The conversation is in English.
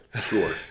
sure